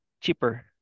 cheaper